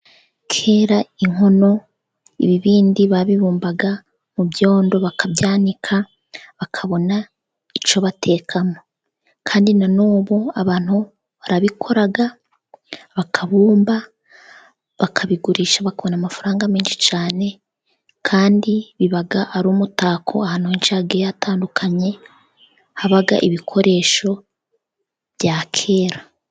Kera inkono, ibibindi babibumbaga mu byondo bakabika bakabona icyo batekamo. Kandi na nubu abantu barabikora bakabumba bakabigurisha, babona amafaranga menshi cyane, kandi biba ari umutako. Ahantu henshi hagiye hatandukanye haba ibikoresho bya kera.